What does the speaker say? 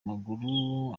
maguru